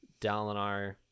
Dalinar